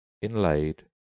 inlaid